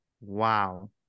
wow